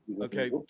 Okay